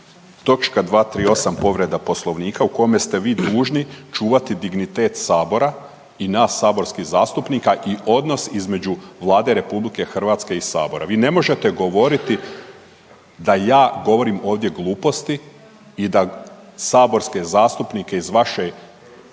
točka 238., povreda Poslovnika u kome ste vi dužni čuvati dignitet sabora i nas saborskih zastupnika i odnos između Vlade RH i sabora. Vi ne možete govoriti da ja govorim ovdje gluposti i da saborske zastupnike iz vaše